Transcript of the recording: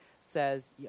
says